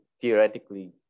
theoretically